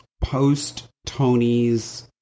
post-Tony's